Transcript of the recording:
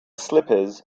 slippers